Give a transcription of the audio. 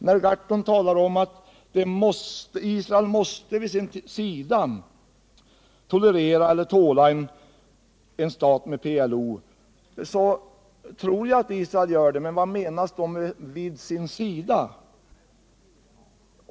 Herr Gahrton sade att Israel måste tåla att leva med PLO vid sin sida, och det tror jag också att Israel gör. Men vad menas med uttrycket ”vid sin sida”?